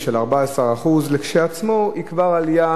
מירי,